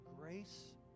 grace